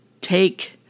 take